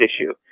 issue